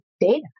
data